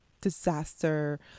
disaster